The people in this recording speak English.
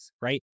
Right